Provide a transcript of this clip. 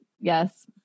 yes